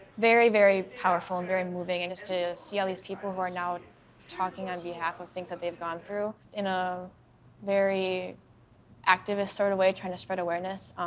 very, very powerful and very moving and to see all these people who are now talking on behalf of things that they've gone through in a very activist sort of way, trying to spread awareness.